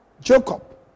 Jacob